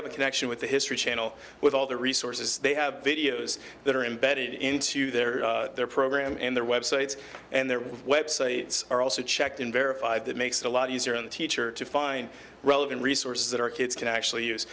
have a connection with the history channel with all the resources they have videos that are embedded into their their program and their websites and their websites are also checked in verified that makes it a lot easier on the teacher to find relevant resources that our kids can actually use